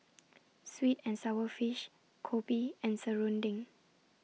Sweet and Sour Fish Kopi and Serunding